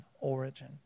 origin